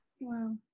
Wow